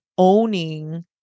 Owning